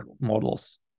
models